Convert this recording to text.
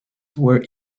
were